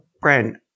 Brent